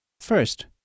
First